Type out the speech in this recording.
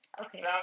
Okay